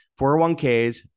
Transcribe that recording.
401ks